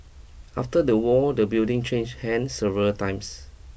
after the war the building changed hands several times